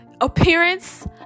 appearance